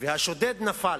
והשודד נפל.